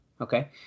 okay